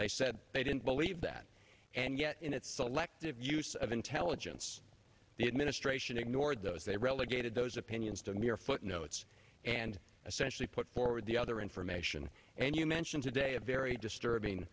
they said they didn't believe that and yet in its selective use of intelligence the administration ignored those they relegated those opinions to mere footnotes and essentially put forward the other information and you mentioned today a very disturbing